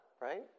right